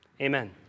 amen